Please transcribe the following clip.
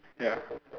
ya